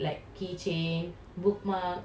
!wow!